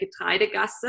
Getreidegasse